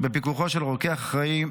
בפיקוחו של רוקח אחראי,